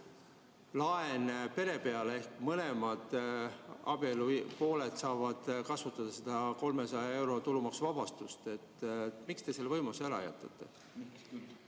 kodulaen pere peale ehk mõlemad abielupooled saavad kasutada seda 300‑eurost tulumaksuvabastust. Miks te selle võimaluse ära jätate?